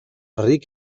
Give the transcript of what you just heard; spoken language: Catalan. ric